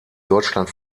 deutschland